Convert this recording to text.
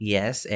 Yes